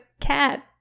cat